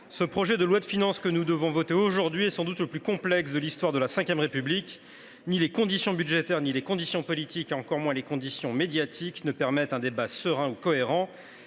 le projet de loi de finances que nous devons voter aujourd’hui est sans doute le plus complexe de l’histoire de la V République. Ni les conditions budgétaires, ni les conditions politiques, ni encore moins les conditions médiatiques ne permettent un débat serein ou cohérent.